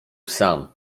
sam